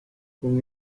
con